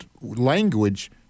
language